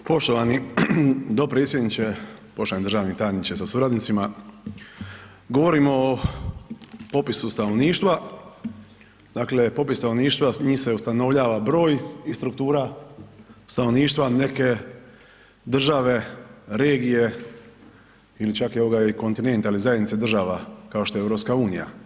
Poštovani dopredsjedniče, poštovani državni tajniče sa suradnicima, govorimo o popisu stanovništva, dakle popis stanovništva s njim se ustanovljava broj i struktura stanovništva neke države, regije ili čak i ovoga i kontinenta ili zajednice država kao što je EU.